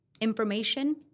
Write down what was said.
information